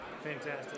Fantastic